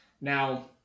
Now